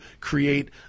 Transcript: create